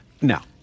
Now